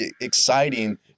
exciting